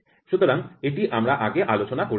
সুতরাং এটি আমরা আগে আলোচনা করেছি